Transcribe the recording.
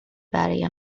برای